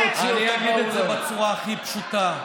אגיד את הדברים בצורה הכי פשוטה.